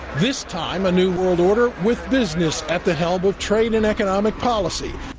this time a new world order with business. at the helm of trade and economic policy.